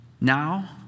now